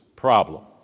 Problem